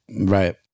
right